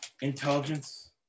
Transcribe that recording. intelligence